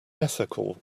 ethical